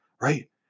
right